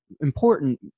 important